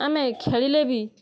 ଆମେ ଖେଳିଲେ ବି